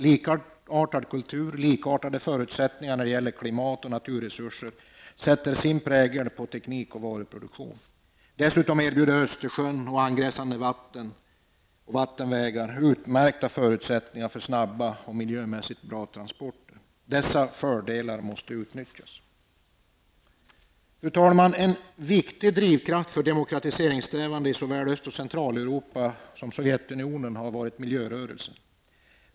Likartad kultur och likartade förutsättningar när det gäller klimat och naturresurser sätter sin prägel på teknik och varuproduktion. Dessutom erbjuder Östersjön och angränsande vatten och vattenvägar utmärkta förutsättningar för snabba och miljömässigt bra transporter. Dessa fördelar måste utnyttjas. Fru talman! En viktig drivkraft för demokratiseringssträvanden i såväl som Öst och Centraleuropa som Sovjetunionen har miljörörelsen varit.